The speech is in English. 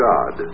God